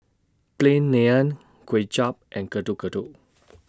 Plain Naan Kuay Chap and Getuk Getuk